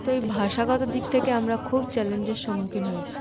তো এই ভাষাগত দিক থেকে আমরা খুব চ্যালেঞ্জের সম্মুখীন হয়েছি